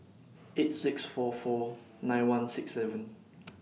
eight six four four nine one six seven